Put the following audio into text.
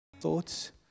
thoughts